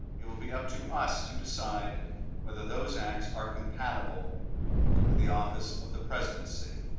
it would be up to us to decide whether those acts are compatible with the office of the presidency.